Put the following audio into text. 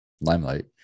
limelight